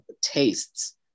tastes